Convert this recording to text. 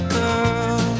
girl